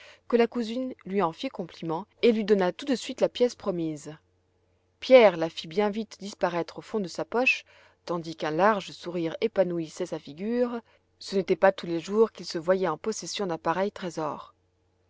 que la cousine lui en fit compliment et lui donna tout de suite la pièce promise pierre la fit bien vite disparaître au fond de sa poche tandis qu'un large sourire épanouissait sa figure ce n'était pas tous les jours qu'il se voyait en possession d'un pareil trésor